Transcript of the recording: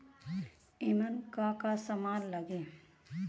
ईमन का का समान लगी?